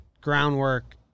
Groundwork